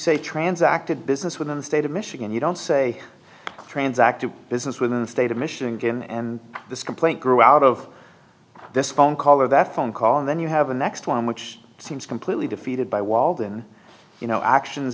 say transacted business within the state of michigan you don't say transacted business within the state of michigan and this complaint grew out of this phone call or that phone call and then you have the next one which seems completely defeated by walden you know actions